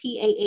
PAH